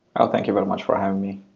ah thank you very much for having me.